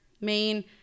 main